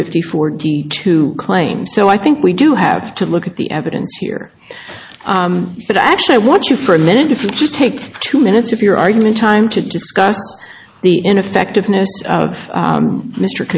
fifty four d to claim so i think we do have to look at the evidence here but actually i want you for a minute if you just take two minutes of your argument time to discuss the ineffectiveness of